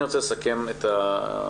אני רוצה לסכם את הדיון.